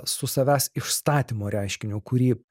su savęs išstatymo reiškiniu kurį